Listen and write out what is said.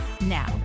Now